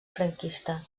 franquista